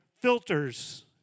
filters